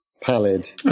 pallid